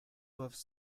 doivent